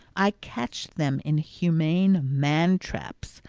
i catch them in humane man traps,